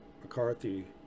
McCarthy